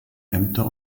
ämter